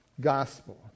gospel